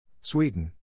Sweden